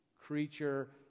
creature